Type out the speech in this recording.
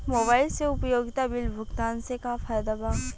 Mobile से उपयोगिता bill भुगतान से का फायदा बा?